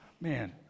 man